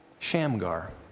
Shamgar